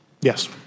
Yes